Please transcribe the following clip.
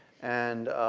and